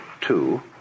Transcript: two